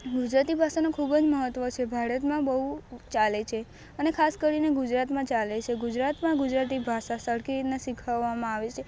ગુજરાતી ભાષાનું ખૂબ જ મહત્વ છે ભારતમાં બહુ ચાલે છે અને ખાસ કરીને ગુજરાતમાં ચાલે છે ગુજરાતમાં ગુજરાતી ભાષા સરખી રીતના શીખવવામાં આવે છે